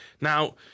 Now